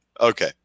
Okay